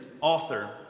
author